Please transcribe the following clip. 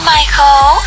Michael